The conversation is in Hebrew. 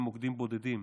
במוקדים בודדים,